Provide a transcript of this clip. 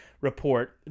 report